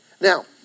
Now